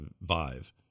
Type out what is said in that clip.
Vive